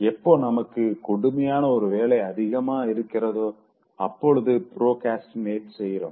எப்போ நமக்கு கொடுமையான ஒரு வேலை அதிகமாக இருக்கிறதோ அப்பொழுதுதா ப்ரோக்ராஸ்டினேட் செய்றோம்